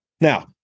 Now